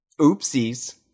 Oopsies